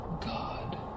God